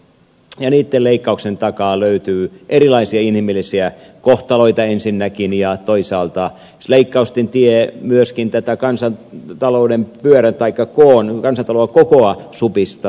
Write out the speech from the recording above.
ja niitten leikkausten takaa löytyy ensinnäkin erilaisia inhimillisiä kohtaloita ja toisaalta se leikkausten tie myöskin tätä kansantalouden kokoa supistaa